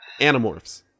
Animorphs